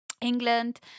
England